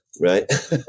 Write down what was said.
right